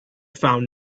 found